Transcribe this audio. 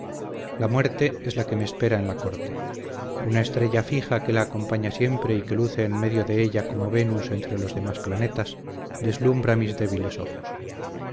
la muerte es la que me espera en la corte una estrella fija que la acompaña siempre y que luce en medio de ella como venus entre los demás planetas deslumbra mis débiles ojos